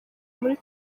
muri